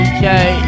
Okay